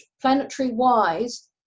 planetary-wise